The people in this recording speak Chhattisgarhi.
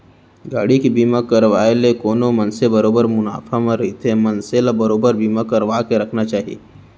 गाड़ी के बीमा करवाय ले कोनो मनसे बरोबर मुनाफा म रहिथे मनसे ल बरोबर बीमा करवाके रखना चाही